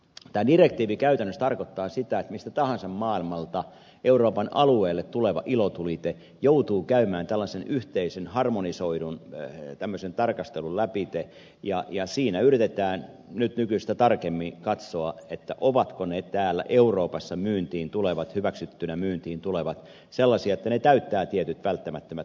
tämä direktiivi käytännössä tarkoittaa sitä että mistä tahansa maailmalta euroopan alueelle tuleva ilotulite joutuu käymään tällaisen yhteisen harmonisoidun tarkastelun läpite ja siinä yritetään nykyistä tarkemmin katsoa ovatko euroopassa hyväksyttyinä myyntiin tulevat sellaisia että ne täyttävät tietyt välttämättömät turvallisuusnormit